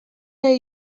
nahi